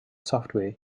software